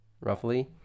roughly